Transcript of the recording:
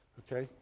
ok.